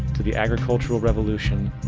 to the agricultural revolution,